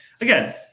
again